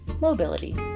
Mobility